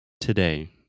today